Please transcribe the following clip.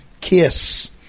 Kiss